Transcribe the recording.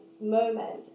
moment